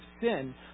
sin